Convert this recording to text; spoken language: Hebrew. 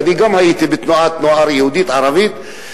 ואני הייתי בתנועת נוער יהודית-ערבית,